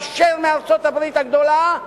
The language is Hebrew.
היישר מארצות-הברית הגדולה,